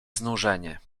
znużenie